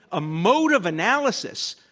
a motive analysis,